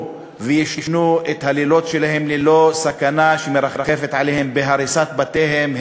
ויישנו את הלילות שלהם בלא שמרחפת עליהם סכנה של הריסת בתיהם,